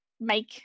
make